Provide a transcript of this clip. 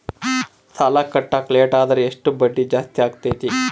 ಸಾಲ ಕಟ್ಟಾಕ ಲೇಟಾದರೆ ಎಷ್ಟು ಬಡ್ಡಿ ಜಾಸ್ತಿ ಆಗ್ತೈತಿ?